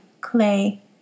clay